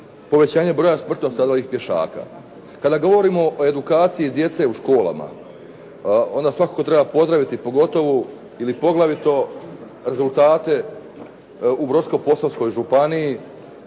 povećanje broja smrtno stradalih pješaka. Kada govorimo o edukaciji djece u školama, onda svakako treba pozdraviti pogotovo ili poglavito rezultate u Brodsko-posavskoj županiji